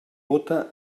bóta